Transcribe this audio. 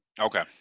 Okay